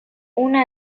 una